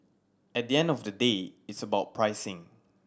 at the end of the day it's about pricing